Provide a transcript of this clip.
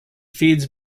feeds